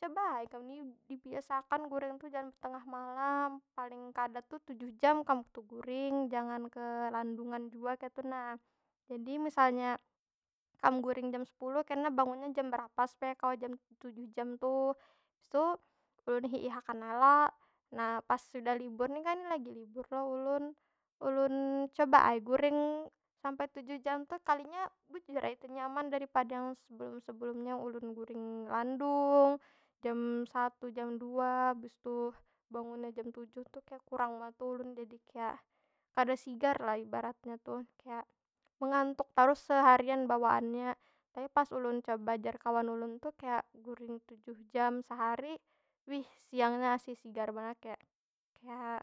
Coba ai kam nih dibiasakan guring tu jangan tengah malam, paling kada tu tujuh jam kam tu guring. Jangan kelandungan jua kaytu nah. Jadi misalnya kam guring jam sepuluh kena bangunnya jam berapa supaya kawa jam- tujuh jam tuh? Habis tu ulun hiih akan ai lo. Nah pas sudah libur, ni kan lagi libur lo ulun. Ulun coba ai guring sampai tujuh jam tu, kalinya bujur ai tenyaman daripada yang sebelum- sebelumnya ulun guring landung, jam satu, jam dua, habis tu bangunnya jam tujuh tu kaya kurang banar tu ulun. Jdi kaya, kada sigar lah ibaratnya tuh. Kaya mengantuk tarus seharian bawaannya. Tapi pas ulun coba jar kawan ulun tu, kaya guring tujuh jam sehari, wih siangnya aseli sigar banar. Kaya, kaya